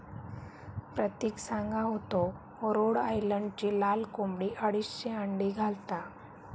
प्रतिक सांगा होतो रोड आयलंडची लाल कोंबडी अडीचशे अंडी घालता